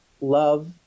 love